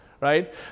right